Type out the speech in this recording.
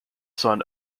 son